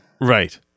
Right